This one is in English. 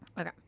Okay